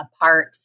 apart